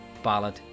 ballad